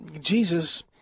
Jesus